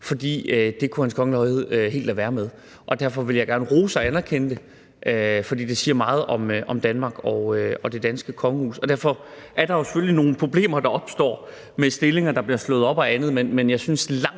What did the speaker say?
for det kunne Hans Kongelige Højhed helt have ladet være med. Derfor vil jeg gerne rose og anerkende det – det siger meget om Danmark og det danske kongehus. Derfor opstår der selvfølgelig nogle problemer med stillinger, der bliver slået op, og andet,